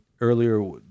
earlier